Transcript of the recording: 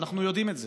ואנחנו יודעים את זה.